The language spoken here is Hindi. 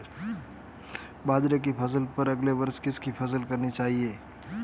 बाजरे की फसल पर अगले वर्ष किसकी फसल करनी चाहिए?